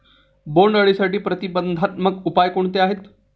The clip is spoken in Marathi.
बोंडअळीसाठी प्रतिबंधात्मक उपाय कोणते आहेत?